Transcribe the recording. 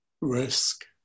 risk